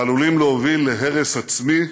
שעלולים להוביל להרס עצמי